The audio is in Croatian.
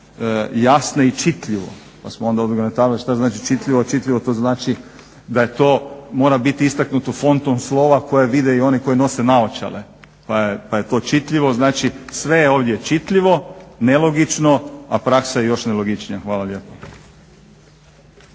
jasno i čitljivo, pa smo onda odgonetavali šta znači čitljivo. Čitljivo to znači da to mora biti istaknuto fontom slova koje vide i oni koji nose naočale, pa je to čitljivo. Znači, sve je ovdje čitljivo, nelogično, a praksa je još nelogičnija. Hvala lijepo.